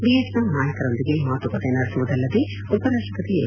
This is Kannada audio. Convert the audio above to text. ವಿಯಟ್ನಾಂ ನಾಯಕರೊಂದಿಗೆ ಮಾತುಕತೆ ನಡೆಸುವುದಲ್ಲದೆ ಉಪರಾಷ್ಷಪತಿ ಎಂ